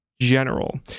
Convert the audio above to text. general